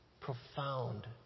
Profound